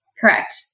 Correct